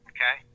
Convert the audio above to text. Okay